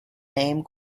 name